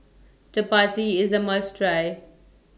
Chapati IS A must Try